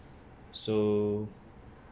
so